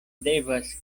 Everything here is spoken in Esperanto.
devas